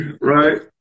right